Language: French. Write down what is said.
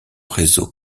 réseau